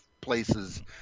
places